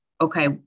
okay